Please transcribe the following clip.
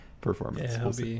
performance